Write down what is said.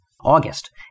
August